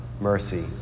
mercy